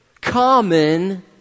common